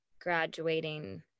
graduating